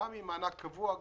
כולל מענק קבוע בתווך,